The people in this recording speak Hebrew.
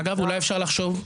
אגב אולי אפשר לחשוב,